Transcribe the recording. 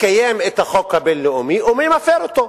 מקיים את החוק הבין-לאומי ומי מפר אותו?